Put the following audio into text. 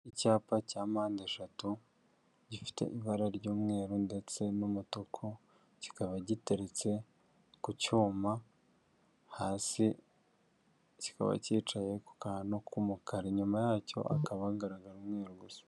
Icyapa cya mpande eshatu, gifite ibara ry'umweru ndetse n'umutuku, kikaba giteretse ku cyuma hasi kikaba cyicaye ku kantu k'umukara, inyuma yacyo hakaba hagaragara umweru gusa.